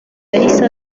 yahise